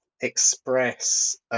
express